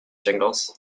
jingles